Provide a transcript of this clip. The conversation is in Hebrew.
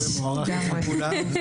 הוא מוערך אצל כולם.